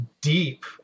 deep